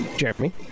Jeremy